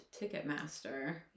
Ticketmaster